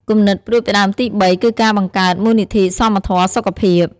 គំនិតផ្តួចផ្តើមទីបីគឺការបង្កើតមូលនិធិសមធម៌សុខភាព។